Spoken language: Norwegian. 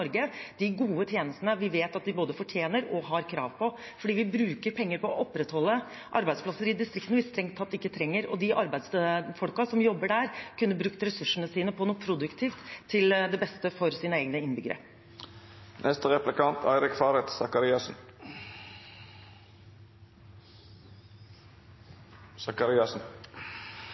de gode tjenestene vi vet de både fortjener og har krav på, fordi vi bruker penger på å opprettholde distriktsarbeidsplasser vi strengt tatt ikke trenger. De arbeidsfolka som jobber der, kunne brukt ressursene sine på noe produktivt, til beste for sine innbyggere.